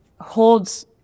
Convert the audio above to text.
holds